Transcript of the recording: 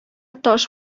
таш